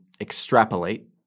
extrapolate